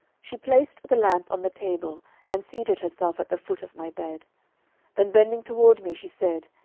she placed the lamp on the table and seated herself at the foot of my bed then bending toward me, she said,